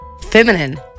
feminine